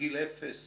מגיל אפס